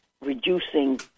reducing